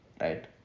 Right